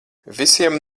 visiem